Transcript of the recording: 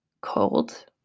cold